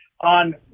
on